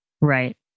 Right